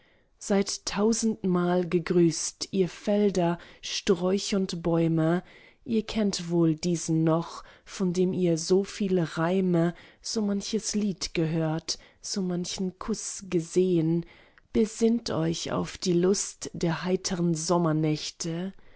seid tausendmal gegrüßt ihr felder sträuch und bäume ihr kennt wohl diesen noch von dem ihr soviel reime so manches lied gehört so manchen kuß gesehn besinnt euch auf die lust der heitern sommernächte